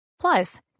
Plus